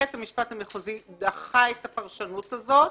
בית המשפט המחוזי דחה את הפרשנות הזו,